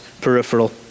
peripheral